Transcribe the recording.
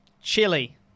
Chile